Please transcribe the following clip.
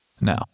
Now